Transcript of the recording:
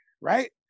right